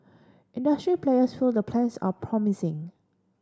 industry players feel the plans are promising